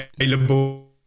available